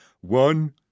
One